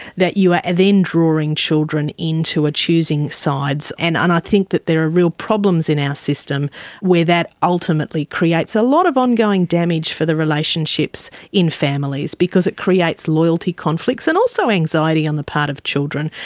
that you are then drawing children into choosing sides. and i think that there are real problems in our system where that ultimately creates a lot of ongoing damage for the relationships in families, because it creates loyalty conflicts, and also anxiety on the part of children.